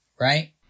right